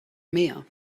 mehr